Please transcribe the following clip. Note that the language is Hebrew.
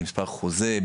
במספר חוזה,